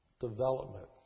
development